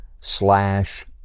slash